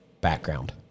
background